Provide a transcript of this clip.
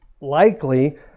likely